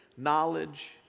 Knowledge